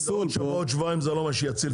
עוד שבועיים זה לא מה שיציל את המצב.